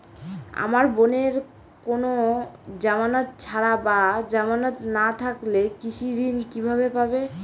আমার বোনের কোন জামানত ছাড়া বা জামানত না থাকলে কৃষি ঋণ কিভাবে পাবে?